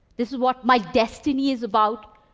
this is what my destiny is about.